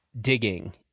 digging